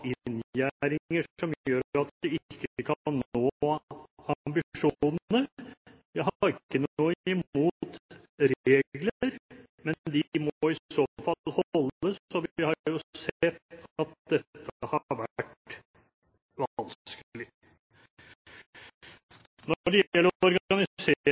Jeg har ikke noe imot regler, men de må i så fall holdes, og vi har jo sett at det har vært